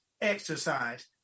exercise